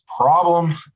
problem